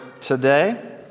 today